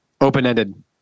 open-ended